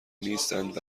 نیستند